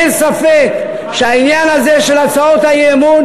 אין ספק שהעניין הזה של הצעות האי-אמון